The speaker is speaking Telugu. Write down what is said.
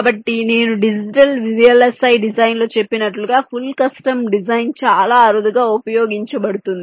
కాబట్టి నేను డిజిటల్ VLSI డిజైన్లో చెప్పినట్లుగా ఫుల్ కస్టమ్ డిజైన్ చాలా అరుదుగా ఉపయోగించబడుతుంది